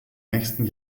nächsten